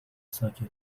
ساکت